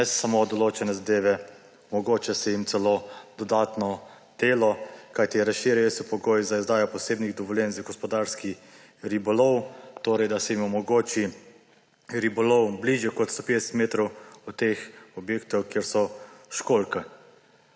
ne samo določene zadeve, omogoča se jim celo dodatno delo, kajti razširili so pogoj za izdajo posebnih dovoljenj za gospodarski ribolov, torej da se jim omogoči ribolov bližje kot 150 metrov od teh objektov, kjer so školjke.